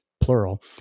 plural